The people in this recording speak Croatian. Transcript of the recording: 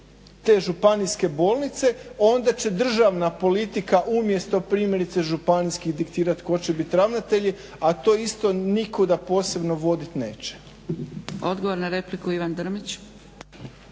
te županijske bolnice, onda će državna politika umjesto primjerice županijske diktirat tko će bit ravnatelji, a to isto nikuda posebno vodit neće. **Zgrebec, Dragica